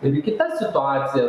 ir į kitas situacijas